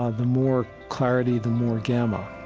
ah the more clarity, the more gamma